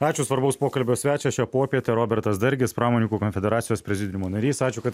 ačiū svarbaus pokalbio svečias šią popietę robertas dargis pramoninkų konfederacijos prezidiumo narys ačiū kad